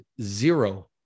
zero